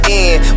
end